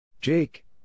Jake